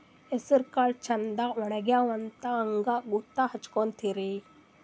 ಹೆಸರಕಾಳು ಛಂದ ಒಣಗ್ಯಾವಂತ ಹಂಗ ಗೂತ್ತ ಹಚಗೊತಿರಿ?